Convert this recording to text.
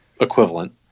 equivalent